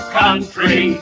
country